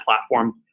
platform